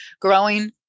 growing